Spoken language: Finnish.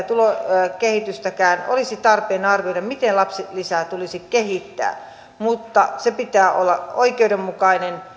tulokehitystäkään olisi tarpeen arvioida miten lapsilisää tulisi kehittää mutta sen pitää olla oikeudenmukainen